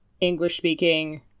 english-speaking